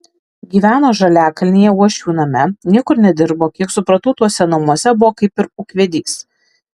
gyveno žaliakalnyje uošvių name niekur nedirbo kiek supratau tuose namuose buvo kaip ir ūkvedys